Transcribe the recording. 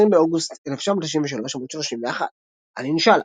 20 באוגוסט 1993, עמ' 31. על "אינשאללה"